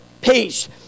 peace